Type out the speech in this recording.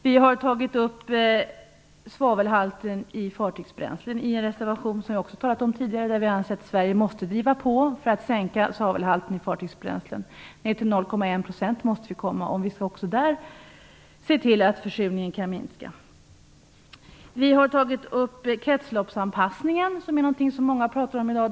Vi har tagit upp svavelhalten i fartygsbränslen i en reservation som jag också har talat om tidigare. Där anser vi att Sverige måste driva på för att sänka svavelhalten i fartygsbränslen. Vi måste komma ner till 0,1 % om vi även där skall se till att försurningen kan minska. Vi har tagit upp kretsloppsanpassningen. Det är någonting som många pratar om i dag.